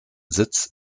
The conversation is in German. sitz